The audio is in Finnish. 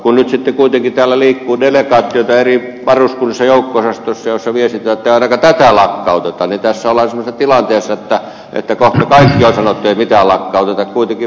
kun nyt sitten kuitenkin liikkuu delegaatioita eri varuskunnissa ja joukko osastoissa joista viestitään ettei ainakaan tätä lakkauteta niin tässä ollaan semmoisessa tilanteessa että kohta kaikkien osalta on sanottu ettei mitään lakkauteta